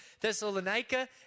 Thessalonica